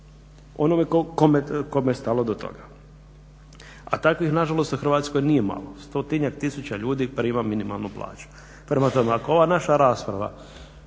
onome kome je stalo do toga a takvih nažalost u Hrvatskoj nije malo. 100-njak tisuća ljudi prima minimalnu plaću. Prema tome, ako ova naša rasprava